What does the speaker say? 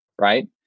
Right